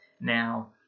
Now